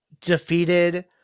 defeated